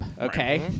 okay